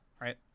Right